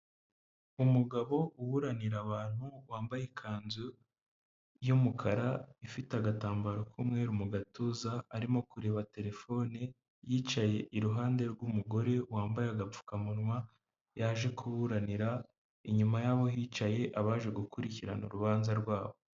Umugabo uburanira abantu wambaye ikanzu y'umukara ifite agatambaro k'umweru mu gatuza arimo kureba telefone, yicaye iruhande rw'umugore wambaye agapfukamunwa yaje kuburanira, inyuma y'abo yicaye abaje gukurikirana urubanza rwabo.